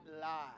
lie